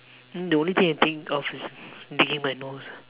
hmm the only thing I think of is digging my nose